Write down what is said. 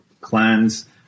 cleanse